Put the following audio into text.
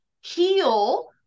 heal